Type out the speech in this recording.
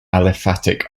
aliphatic